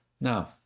now